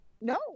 No